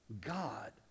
God